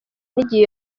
n’igihe